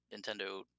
Nintendo